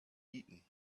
eaten